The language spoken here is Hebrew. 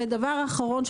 דבר אחרון,